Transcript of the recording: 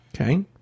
Okay